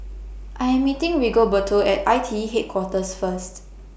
I Am meeting Rigoberto At I T E Headquarters First